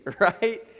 right